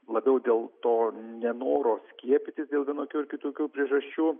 labiau dėl to nenoro skiepytis dėl vienokių ar kitokių priežasčių